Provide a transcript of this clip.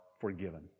forgiven